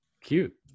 Cute